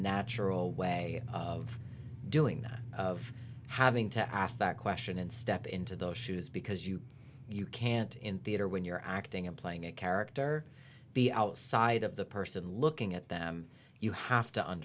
natural way of doing that of having to ask that question and step into those shoes because you you can't in theatre when you're acting and playing a character be outside of the person looking at them you have to